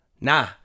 Nah